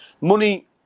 money